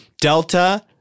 Delta